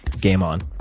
game on